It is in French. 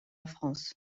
france